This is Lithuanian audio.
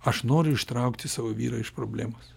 aš noriu ištraukti savo vyrą iš problemos